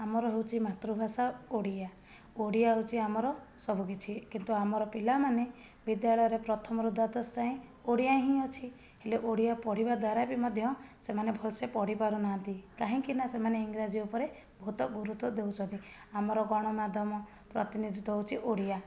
ଆମର ହେଉଛି ମାତୃଭାଷା ଓଡ଼ିଆ ଓଡ଼ିଆ ହେଉଛି ଆମର ସବୁ କିଛି କିନ୍ତୁ ଆମର ପିଲାମାନେ ବିଦ୍ୟାଳୟରେ ପ୍ରଥମରୁ ଦ୍ଵାଦଶ ଯାଏଁ ଓଡ଼ିଆ ହିଁ ଅଛି ହେଲେ ଓଡ଼ିଆ ପଢ଼ିବା ଦ୍ୱାରା ବି ମଧ୍ୟ ସେମାନେ ଭଲ ସେ ପଢ଼ି ପାରୁନାହାନ୍ତି କାହିଁକି ନା ସେମାନେ ଇଂରାଜୀ ଉପରେ ବହୁତ ଗୁରୁତ୍ଵ ଦେଉଛନ୍ତି ଆମର ଗଣମାଧ୍ୟମ ପ୍ରତିନିଧିତ୍ୱ ହେଉଛି ଓଡ଼ିଆ